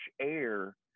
air